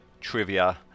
trivia